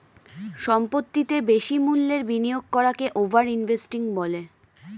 সম্পত্তিতে বেশি মূল্যের বিনিয়োগ করাকে ওভার ইনভেস্টিং বলে